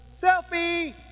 Selfie